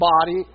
body